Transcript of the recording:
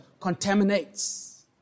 contaminates